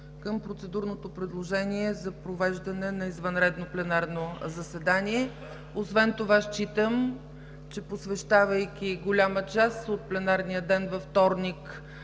към процедурното предложение за провеждане на извънредно пленарно заседание. Освен това считам, че посвещавайки голяма част от пленарния ден във вторник